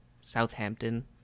southampton